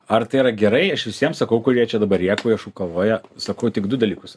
ar tai yra gerai aš visiem sakau kurie čia dabar rėkauja šūkavoja sakau tik du dalykus